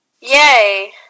Yay